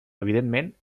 evidentment